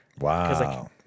Wow